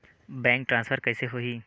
Bank transfer कइसे होही?